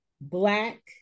black